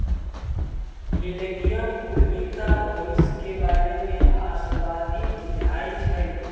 millennium उद्यमीता भविष्य के बारे में आशावादी बुझाई छै